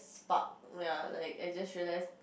spark ya like I just realised